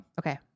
okay